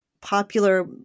popular